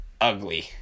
Ugly